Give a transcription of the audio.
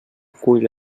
cull